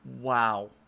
Wow